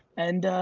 and,